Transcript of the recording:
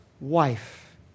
wife